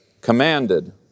commanded